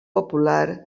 popular